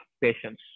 patience